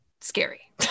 scary